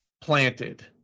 planted